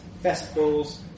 festivals